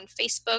Facebook